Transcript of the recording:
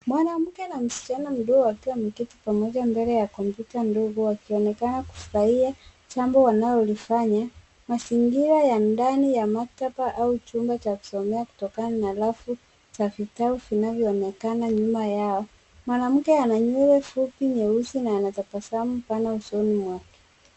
Mwanamke na msichana mdogo wakiwa wameketi pamoja mbele ya kompyuta ndogo wakionekana kufurahia jambo wanalolifanya. Mazingira ya ndani ya maktaba au chumba cha kusomea kutokana na rafu za vitabu vinavyoonekana nyuma yao. Mwanamke ana nywele fupi nyeusi na anatabasamu pana usoni mwake.